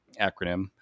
acronym